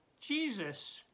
Jesus